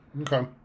Okay